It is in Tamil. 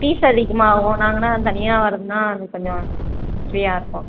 பீஸ் அதிகமாகவும் நாங்கன்னா தனியாக வர்றதுன்னால் அது கொஞ்சம் ஃப்ரீயாக இருக்கும்